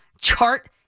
chart